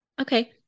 Okay